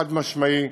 חד-משמעי,